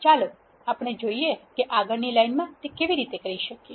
ચાલો આપણે જોઈએ કે આગળની લાઇનમાં તે કેવી રીતે કરી શકીએ